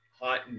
hot